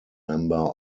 member